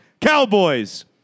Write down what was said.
Cowboys